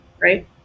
right